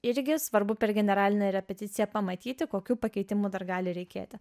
irgi svarbu per generalinę repeticiją pamatyti kokių pakeitimų dar gali reikėti